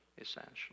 essentially